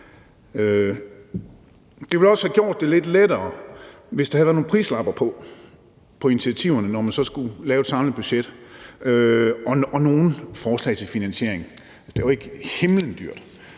Det ville også have gjort det lidt lettere, hvis der havde været nogle prislapper på initiativerne, når der skal laves et samlet budget, samt nogle forslag til finansiering. Det er jo ikke himmelråbende dyrt.